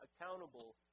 accountable